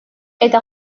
eta